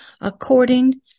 according